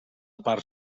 part